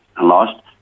lost